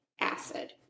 acid